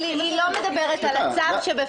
חברת הכנסת מיקי חיימוביץ' לא מדברת על הצו שבפנינו.